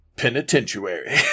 penitentiary